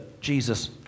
Jesus